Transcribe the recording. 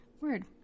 Word